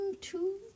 two